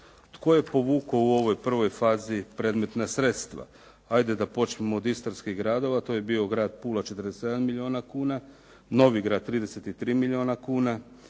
tko je povukao u ovoj prvoj fazi predmetna sredstva. Ajde da počnemo od istarskih gradova, to je bio Grad Pula 47 milijuna kuna, Novigrad 33 milijuna kuna,